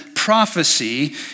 Prophecy